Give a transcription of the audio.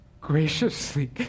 graciously